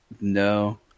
No